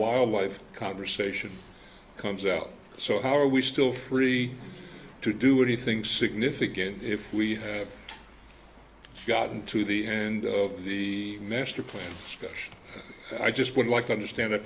wildlife conversation comes out so how are we still free to do what he thinks significant if we have gotten to the end of the master plan question i just would like to understand th